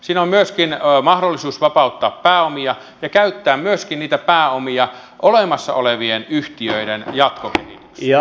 siinä on myöskin mahdollisuus vapauttaa pääomia ja käyttää niitä pääomia olemassa olevien yhtiöiden jatkokehitykseen